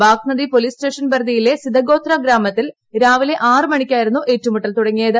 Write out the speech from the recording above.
Bagnadi police station പരിധിയിലെ സിതഗോത്ര ഗ്രാമത്തിൽ രാവിലെ ആറ് മണിക്കായിരുന്നു ഏറ്റുമുട്ടൽ തുടങ്ങിയത്